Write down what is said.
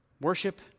Worship